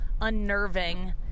unnerving